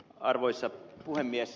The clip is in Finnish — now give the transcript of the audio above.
arvoisa puhemies